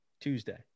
tuesday